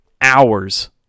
hours